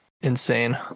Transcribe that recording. Insane